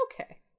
Okay